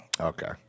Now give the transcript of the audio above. Okay